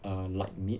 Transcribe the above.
uh like meat